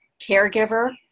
caregiver